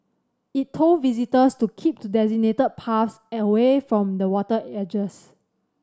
it told visitors to keep to designated paths and away from the water edges